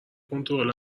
کنترل